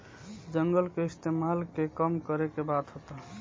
जंगल के इस्तेमाल के कम करे के बात होता